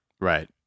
Right